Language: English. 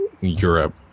Europe